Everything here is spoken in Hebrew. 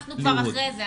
אנחנו כבר אחרי זה.